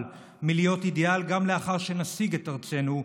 מהיות אידיאל גם לאחר שנשיג את ארצנו,